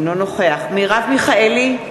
אינו נוכח מרב מיכאלי,